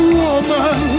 woman